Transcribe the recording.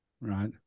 right